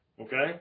Okay